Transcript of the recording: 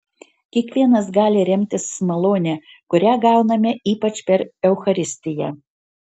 kiekvienas gali remtis malone kurią gauname ypač per eucharistiją